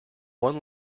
one